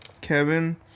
Kevin